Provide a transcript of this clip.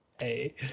Hey